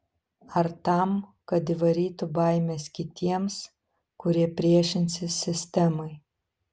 ar tam kad įvarytų baimės kitiems kurie priešinsis sistemai